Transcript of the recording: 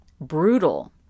brutal